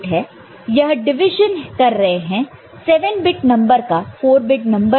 यह डिविजन कर रहा है 7 बिट नंबर का 4 बिट नंबर से